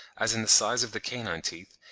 as in the size of the canine teeth,